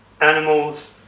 animals